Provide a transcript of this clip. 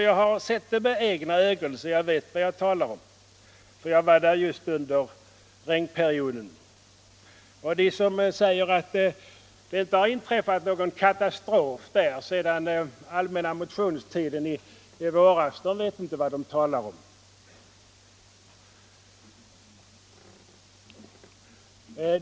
Jag har med egna ögon sett det, så jag vet vad jag talar om: Jag var där just under regntiden. De som säger att det inte har inträffat någon katastrof där sedan den allmänna motionstiden i våras vet inte vad de talar om.